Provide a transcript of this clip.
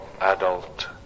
adult